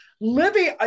Libby